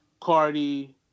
Cardi